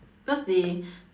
because they